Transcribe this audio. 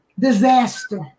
Disaster